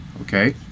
okay